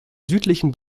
südlichen